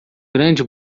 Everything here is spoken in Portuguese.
grande